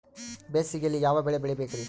ಬೇಸಿಗೆಯಲ್ಲಿ ಯಾವ ಬೆಳೆ ಬೆಳಿಬೇಕ್ರಿ?